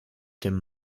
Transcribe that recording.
dem